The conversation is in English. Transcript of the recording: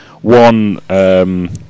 one